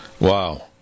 Wow